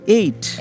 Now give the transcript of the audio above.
eight